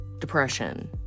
depression